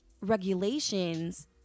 regulations